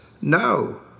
No